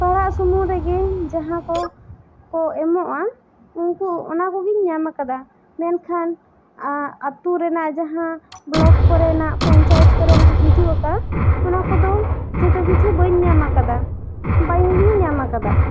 ᱦᱚᱲᱟᱜ ᱥᱩᱢᱩᱝ ᱨᱮᱜᱮ ᱢᱟᱦᱟᱸ ᱠᱚᱠᱚ ᱮᱢᱚᱜᱼᱟ ᱩᱱᱠᱩ ᱚᱱᱟ ᱠᱚᱜᱮᱧ ᱧᱟᱢ ᱟᱠᱟᱫᱟ ᱢᱮᱱᱠᱦᱟᱱ ᱟᱛᱳ ᱨᱮᱱᱟᱜ ᱡᱟᱦᱟᱸ ᱵᱞᱚᱠ ᱠᱚᱨᱮᱱᱟᱜ ᱯᱚᱧᱪᱟᱭᱮᱛ ᱠᱚ ᱨᱮᱱᱟᱜ ᱦᱤᱡᱩᱜ ᱟᱠᱟᱫ ᱚᱱᱟ ᱠᱚᱫᱚ ᱡᱷᱚᱛᱚ ᱠᱤᱪᱷᱩ ᱵᱟᱹᱧ ᱧᱟᱢ ᱟᱠᱟᱫᱟ ᱵᱟᱝ ᱜᱮᱧ ᱧᱟᱢ ᱟᱠᱟᱫᱟ